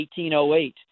1808